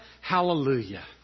hallelujah